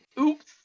oops